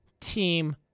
team